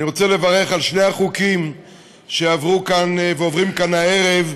אני רוצה לברך על שני החוקים שעוברים כאן הערב.